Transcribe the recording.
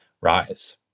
rise